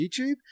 youtube